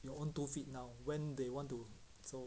you know own two feet now when they want to